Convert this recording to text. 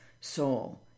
soul